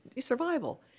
survival